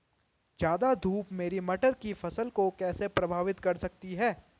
ज़्यादा धूप मेरी मटर की फसल को कैसे प्रभावित कर सकती है?